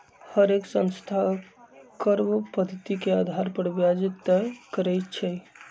हरेक संस्था कर्व पधति के अधार पर ब्याज तए करई छई